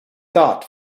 thought